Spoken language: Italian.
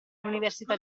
l’università